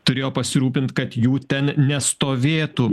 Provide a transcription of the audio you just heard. turėjo pasirūpint kad jų ten nestovėtų